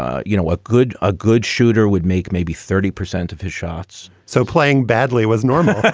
ah you know what good a good shooter would make maybe thirty percent of his shots. so playing badly was normal.